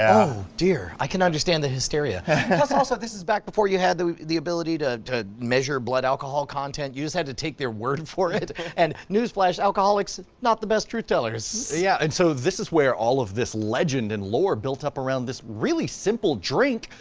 oh dear. i can understand the hysteria. plus also this is back before you had the the ability to to measure blood alcohol content. you just had to take their word for it. and newsflash, alcoholics, not the best truth tellers. yeah and so this is where all of this legend and lore built up around this really simple drink,